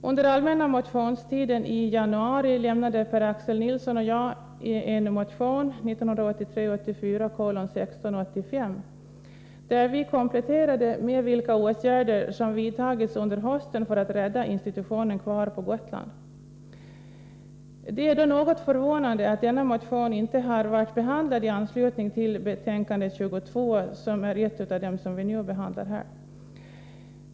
Under den allmänna motionstiden i januari lämnade Per-Axel Nilsson och jag in en motion , där vi kompletterade materialet med uppgifter om vilka åtgärder som vidtagits under hösten för att rädda institutionen på Gotland. Det är därför något förvånande att man inte berört denna motion i betänkande 22 som vi nu behandlar.